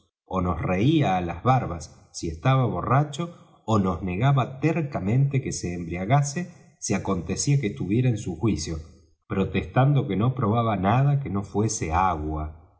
ó nos reía á las barbas si estaba borracho ó nos negaba tercamente que se embriagase si acontecía que estuviera en su juicio protestando que no probaba nada que no fuese agua